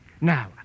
Now